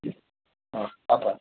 હાં આભાર